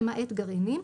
למעט גרעינים,